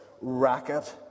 racket